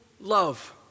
love